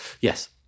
Yes